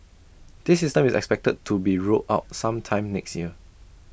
this system is expected to be rolled out sometime next year